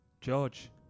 george